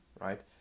right